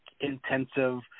intensive